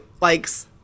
likes